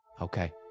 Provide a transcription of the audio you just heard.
Okay